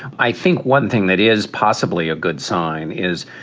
i think one thing that is possibly a good sign is,